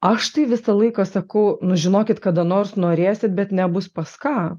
aš tai visą laiką sakau nu žinokit kada nors norėsit bet nebus pas ką